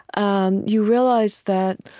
and you realize that,